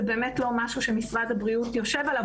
באמת לא משהו שמשרד הבריאות יושב עליו.